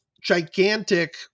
gigantic